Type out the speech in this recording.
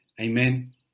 Amen